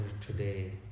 today